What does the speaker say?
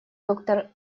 доктор